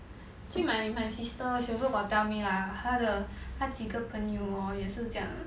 actually my my sister she also got tell me lah 他的他几个朋友 hor 也是这样的